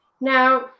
now